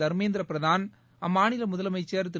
தா்மேந்திர பிரதான் அம்மாநில முதலமைச்சா் திரு